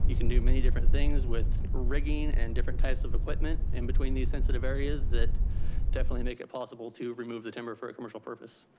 you can do many different things with rigging and different types of equipment in between these sensitive areas. that definitely make it possible to remove the timber for a commercial purpose.